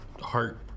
heart